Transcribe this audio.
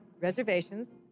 reservations